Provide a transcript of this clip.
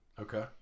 Okay